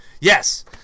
yes